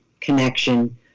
connection